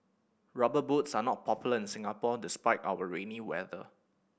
Rubber Boots are not popular in Singapore despite our rainy weather